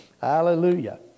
Hallelujah